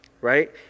right